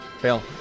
Fail